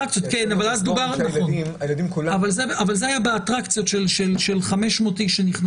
נכון אבל זה היה באטרקציות ונכנסו 500 אנשים.